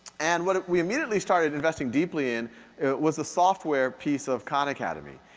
and what we immediately started investing deeply in was a software piece of khan academy.